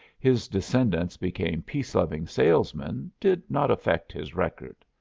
his descendants became peace-loving salesmen did not affect his record.